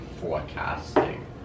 forecasting